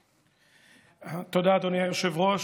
תודה, אדוני היושב-ראש,